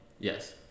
Yes